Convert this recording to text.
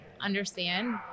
understand